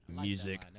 music